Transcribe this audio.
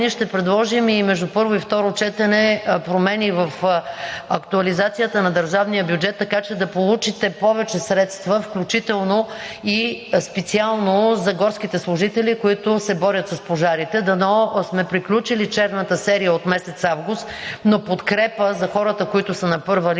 ще предложим и между първо и второ четене промени в актуализацията на държавния бюджет, така че да получите повече средства, включително и специално за горските служители, които се борят с пожарите. Дано сме приключили черната серия от месец август, но подкрепа за хората, които са на първа